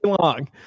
long